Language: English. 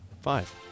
five